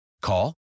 Call